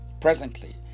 Presently